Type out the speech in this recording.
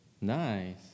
Nice